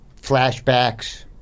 flashbacks